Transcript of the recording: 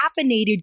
caffeinated